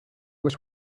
was